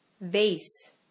Vase